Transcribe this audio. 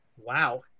Wow